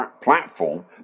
platform